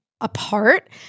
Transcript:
apart